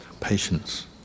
patience